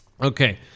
okay